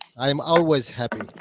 i'm always happy.